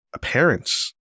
parents